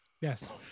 Yes